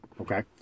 Okay